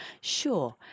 Sure